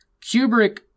Kubrick